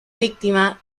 víctima